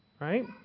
Right